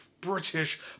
British